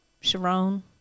Sharon